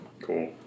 Cool